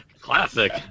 Classic